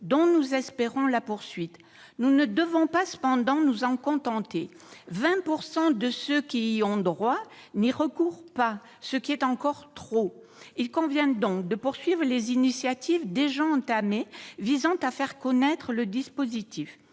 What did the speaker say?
dont nous espérons la poursuite. Nous ne devons cependant pas nous en contenter. En effet, 20 % de ceux qui y ont droit n'y recourent pas, ce qui est encore trop. Eh oui ! Il convient donc de poursuivre les initiatives déjà engagées visant à faire connaître le dispositif.